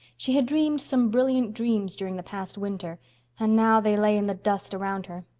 she had dreamed some brilliant dreams during the past winter and now they lay in the dust around her.